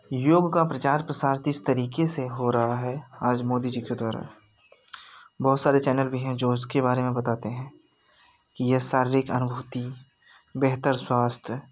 योग का प्रचार प्रसार तिस तरीके से हो रहा है आज मोदी जी के द्वारा बहोत सारे चैनल भी हैं जो इसके बारे में बताते हैं कि ये शारीरिक अनुभूति बेहतर स्वास्थ्य